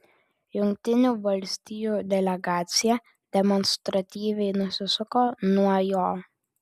jungtinių valstijų delegacija demonstratyviai nusisuko nuo jo